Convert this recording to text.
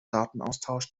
datenaustausch